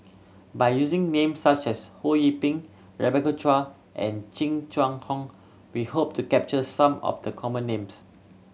by using names such as Ho Yee Ping Rebecca Chua and Jing Chun Hong we hope to capture some of the common names